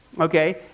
Okay